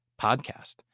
podcast